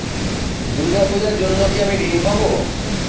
দূর্গা পূজার জন্য কি আমি ঋণ পাবো?